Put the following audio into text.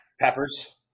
peppers